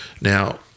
Now